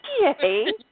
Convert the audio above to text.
yay